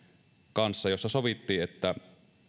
kanssa jossa sovittiin että